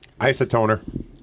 Isotoner